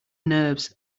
nerves